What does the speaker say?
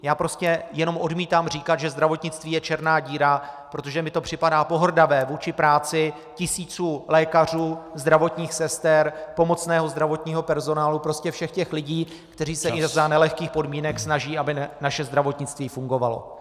Já prostě jenom odmítám říkat, že zdravotnictví je černá díra, protože mi to připadá pohrdavé vůči práci tisíců lékařů, zdravotních sester, pomocného zdravotního personálu, prostě všech těch lidí , kteří se za nelehkých podmínek snaží, aby naše zdravotnictví fungovalo.